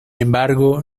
embargo